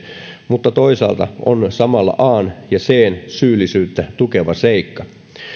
mutta toisaalta on samalla an ja cn syyllisyyttä tukeva seikka